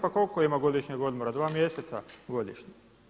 Pa koliko ima godišnjeg odbora, 2 mjeseca godišnje?